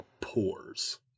pores